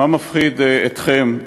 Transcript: מה מפחיד אתכם,